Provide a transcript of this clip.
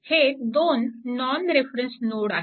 हे दोन non reference node आहेत